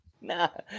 No